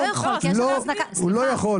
לא, לא, הוא לא יכול.